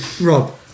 Rob